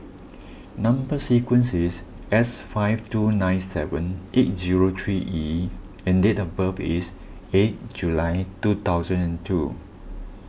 Number Sequence is S five two nine seven eight zero three E and date of birth is eight July two thousand and two